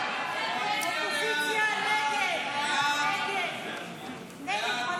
חוק הפחתת הגירעון והגבלת ההוצאה התקציבית (תיקון מס'